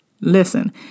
Listen